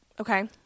Okay